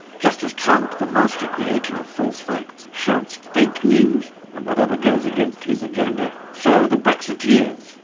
just as trump, the master creator of false facts, shouts fake news and whatever goes against his agenda, so the brexiteers,